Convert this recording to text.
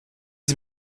sie